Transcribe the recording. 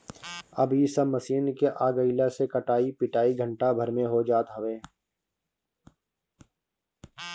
अब इ सब मशीन के आगइला से कटाई पिटाई घंटा भर में हो जात हवे